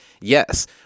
yes